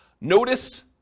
Notice